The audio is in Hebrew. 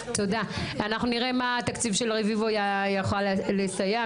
תודה, אנחנו נראה מה התקציב של רביבו יוכל לסייע.